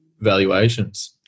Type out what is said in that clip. valuations